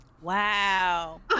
Wow